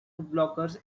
blockers